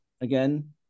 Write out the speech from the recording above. again